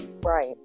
right